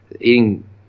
eating